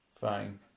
fine